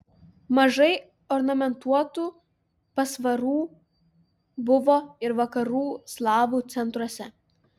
mažai ornamentuotų pasvarų buvo ir vakarų slavų centruose